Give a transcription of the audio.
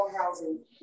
housing